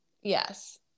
Yes